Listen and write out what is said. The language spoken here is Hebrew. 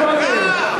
אוי, איזה דאגה.